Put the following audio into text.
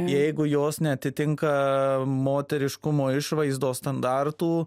jeigu jos neatitinka moteriškumo išvaizdos standartų